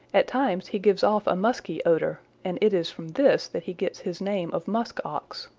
at times he gives off a musky odor, and it is from this that he gets his name of musk ox.